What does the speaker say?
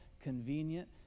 convenient